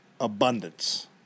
abundance